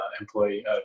employee